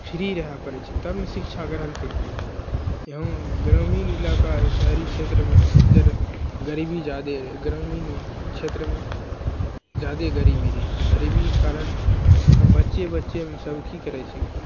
free रहए पड़ै छै तब ने शिक्षा ग्रहण करि पेतै वहाँ ग्रामीण इलाका आ शहरी क्षेत्रमे जेना गरीबी जादे ग्रामीण क्षेत्रमे जादे गरीबी रहै छै गरीबीके कारण आ बच्चे बच्चेमे सब की करै छै